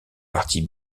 partie